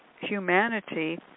humanity